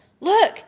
Look